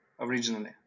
originally